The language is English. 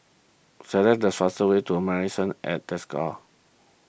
select the fastest way to Marrison at Desker